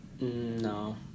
No